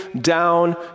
down